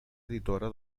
editora